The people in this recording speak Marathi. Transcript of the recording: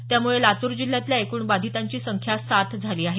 त्यामुळे लातूर जिल्ह्यातल्या एकूण बाधितांची संख्या सात झाली आहे